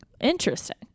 Interesting